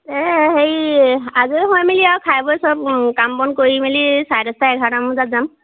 এই হেৰি আজৰি হৈ মিলি আৰু খাই বৈ চব কাম বন কৰি মেলি চাৰে দহটা এঘাৰটা মান বজাত যাম